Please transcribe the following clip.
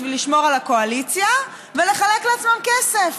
בשביל לשמור על הקואליציה ולחלק לעצמם כסף.